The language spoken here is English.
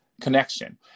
connection